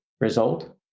result